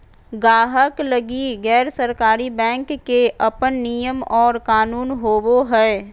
गाहक लगी गैर सरकारी बैंक के अपन नियम और कानून होवो हय